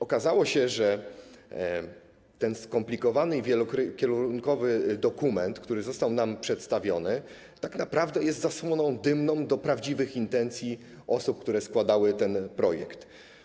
Okazało się, że ten skomplikowany i wielokierunkowy dokument, który został nam przedstawiony, tak naprawdę jest zasłoną dymną prawdziwych intencji osób, które składały ten projekt.